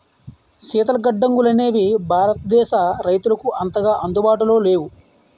శీతల గడ్డంగులనేవి భారతదేశ రైతులకు అంతగా అందుబాటులో లేవు